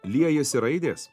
liejasi raidės